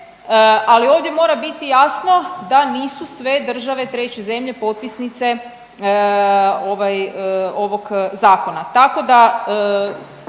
ali ovdje mora biti jasno da nisu sve države treće zemlje potpisnike ovaj ovog zakona.